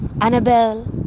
Annabelle